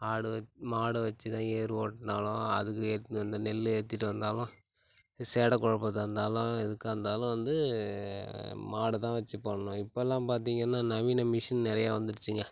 ஆடு வ மாடை வச்சு தான் ஏர் ஓட்டினாலும் அதுக்கு ஏத்தின்னு வந்து நெல் ஏத்திகிட்டு வந்தாலும் சேடை குழப்புறதா இருந்தாலும் எதுக்காக இருந்தாலும் வந்து மாடு தான் வச்சு பண்ணோம் இப்போல்லாம் பார்த்தீங்கன்னா நவீன மிஷின் நிறையா வந்துடுச்சிங்க